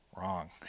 Wrong